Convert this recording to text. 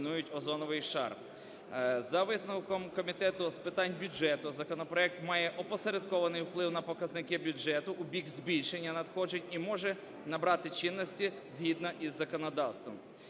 За висновком Комітету з питань бюджету законопроект має опосередкований вплив на показники бюджету у бік збільшення надходжень і може набрати чинності згідно із законодавством.